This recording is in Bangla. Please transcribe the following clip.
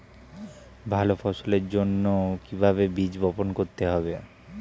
ভালো ফসলের জন্য কিভাবে বীজ বপন করতে হবে?